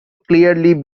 clearly